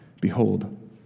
Behold